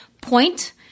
point